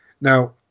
Now